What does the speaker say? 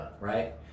Right